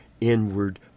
inward